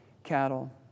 Cattle